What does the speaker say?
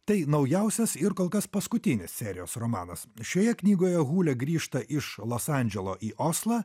tai naujausias ir kol kas paskutinis serijos romanas šioje knygoje hulė grįžta iš los andželo į oslą